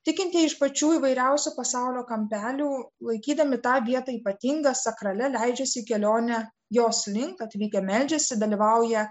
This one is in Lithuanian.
tikintieji iš pačių įvairiausių pasaulio kampelių laikydami tą vietą ypatinga sakralia leidžiasi į kelionę jos link atvykę meldžiasi dalyvauja